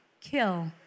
kill